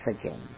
again